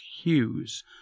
Hughes